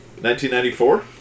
1994